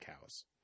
cows